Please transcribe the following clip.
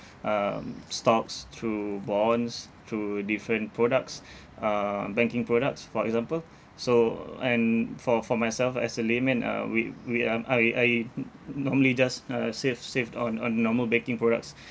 um stocks through bonds through different products uh banking products for example so and for for myself as a layman uh we we um I I n~ normally just uh save save on on normal banking products